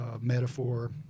metaphor